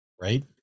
right